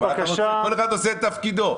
כל אחד עושה את תפקידו.